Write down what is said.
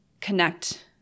connect